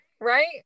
Right